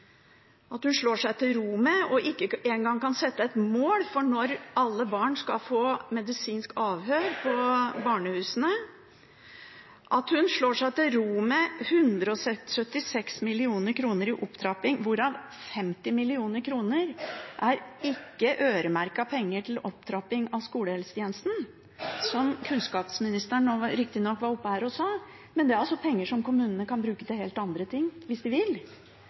hun slår seg til ro og ikke engang kan sette et mål for når alle barn skal få medisinsk avhør på barnehusene, og at hun slår seg til ro med 176 mill. kr til opptrapping, hvorav 50 mill. kr er ikke-øremerkede penger til opptrapping av skolehelsetjenesten, som kunnskapsministeren nå riktignok var på talerstolen og sa, men det er penger som kommunen kan bruke til helt andre ting hvis de vil.